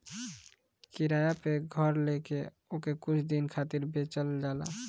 किराया पअ घर लेके ओके कुछ दिन खातिर बेचल जाला